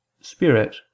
spirit